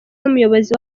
n’umuyobozi